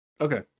Okay